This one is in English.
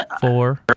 four